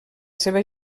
seva